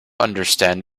understand